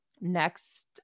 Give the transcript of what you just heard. next